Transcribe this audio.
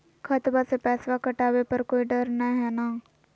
खतबा से पैसबा कटाबे पर कोइ डर नय हय ना?